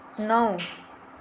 नौ